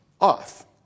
off